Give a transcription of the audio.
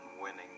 winning